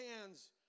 hands